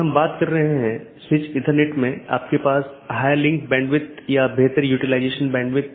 इसलिए open message दो BGP साथियों के बीच एक सेशन खोलने के लिए है दूसरा अपडेट है BGP साथियों के बीच राउटिंग जानकारी को सही अपडेट करना